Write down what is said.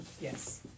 Yes